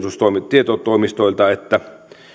tietotoimistoilta että